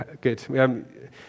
Good